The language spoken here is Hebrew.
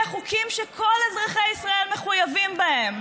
החוקים שכל אזרחי ישראל מחויבים בהם?